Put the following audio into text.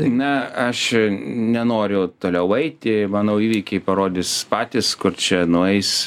ne aš nenoriu toliau eiti manau įvykiai parodys patys kur čia nueis